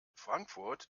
frankfurt